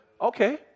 Okay